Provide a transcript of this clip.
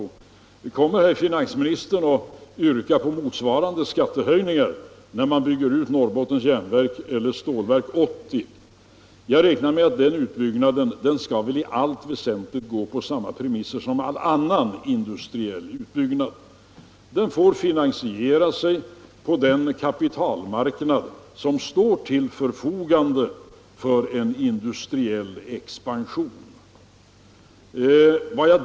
Han frågade: Kommer herr finansministern att yrka på motsvarande skattehöjningar när man bygger ut Norrbottens Järnverk eller Stålverk 80? Jag räknar med att den utbyggnaden i allt väsentligt skall ske på samma premisser som all annan industriell utbyggnad. Den får. finansieras på den kapitalmarknad som står till förfogande för industriell expansion.